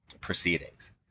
proceedings